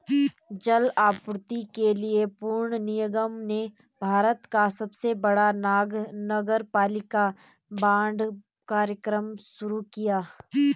जल आपूर्ति के लिए पुणे निगम ने भारत का सबसे बड़ा नगरपालिका बांड कार्यक्रम शुरू किया